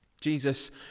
Jesus